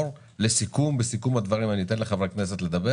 בסיכום הדברים אתן לחברי הכנסת לדבר